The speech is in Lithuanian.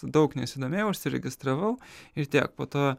daug nesidomėjau užsiregistravau ir tiek po to